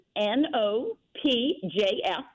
N-O-P-J-F